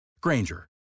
Granger